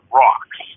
rocks